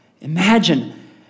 Imagine